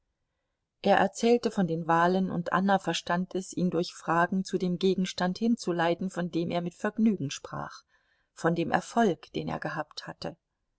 er erzählte von den wahlen und anna verstand es ihn durch fragen zu dem gegenstand hinzuleiten von dem er mit vergnügen sprach von dem erfolg den er gehabt hatte